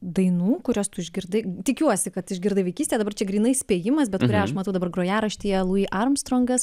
dainų kurias tu išgirdai tikiuosi kad išgirdai vaikystė dabar čia grynai spėjimas bet kurią aš matau dabar grojarštyje lui armstrongas